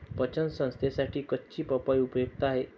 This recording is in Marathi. पचन संस्थेसाठी कच्ची पपई उपयुक्त आहे